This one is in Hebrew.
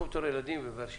אנחנו כילדים בבאר שבע,